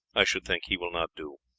i should think, he will not do,